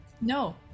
No